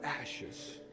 ashes